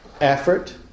effort